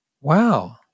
wow